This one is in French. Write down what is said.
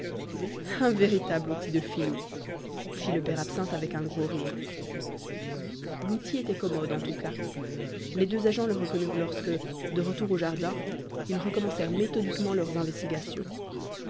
un véritable outil de filou fit le père absinthe avec un gros rire l'outil était commode en tout cas les deux agents le reconnurent lorsque de retour au jardin ils recommencèrent méthodiquement leurs investigations